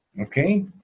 Okay